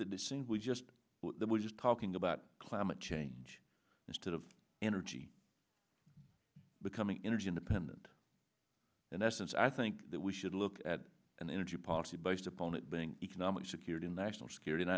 seems we just were just talking about climate change instead of energy becoming energy independent in essence i think that we should look at an energy policy based upon it being economic security and national security